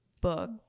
book